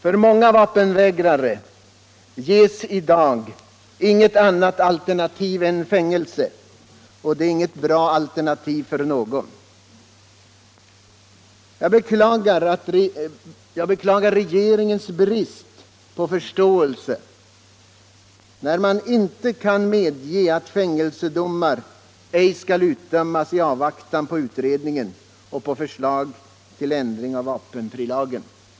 För många vapenvägrare ges i dag inget annat alternativ än fängelse, och det är inget bra alternativ för någon. Jag beklagar regeringens brist på förståelse när man inte kan medge att fängelsedomar ej skall utdömas i avvaktan på utredningen och på förslag till ändring av vapenfrilagen.